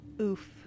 Oof